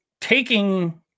taking